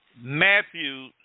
Matthew